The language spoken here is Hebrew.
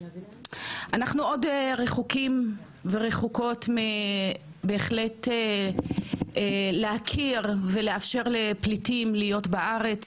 אנחנו עוד רחוקים ורחוקות בהחלט להכיר ולאפשר לפליטים להיות בארץ,